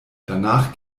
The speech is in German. danach